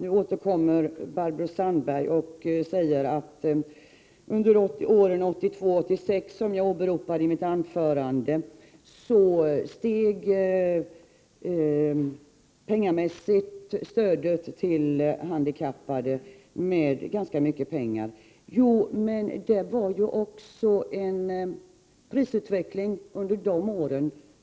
Nu återkommer Barbro Sandberg och säger att under åren 1976-1982, som jag åberopade under mitt anförande, steg stödet till de handikappade med ganska mycket pengar. Jo, men under de åren var det ju en prisutveckling